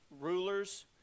rulers